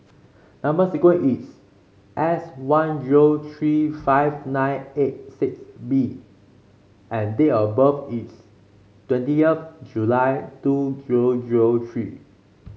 number sequence is S one zero three five nine eight six B and date of birth is twenty of July two zero zero three